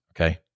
Okay